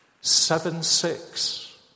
Seven-six